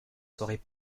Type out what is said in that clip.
soirées